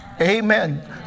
Amen